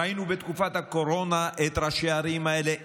ראינו בתקופת הקורונה את ראשי הערים האלה.